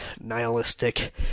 nihilistic